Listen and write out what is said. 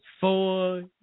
four